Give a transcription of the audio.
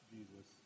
Jesus